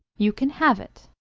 you can have it,